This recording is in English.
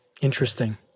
Interesting